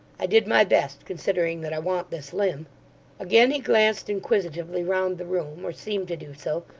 i did my best, considering that i want this limb again he glanced inquisitively round the room or seemed to do so,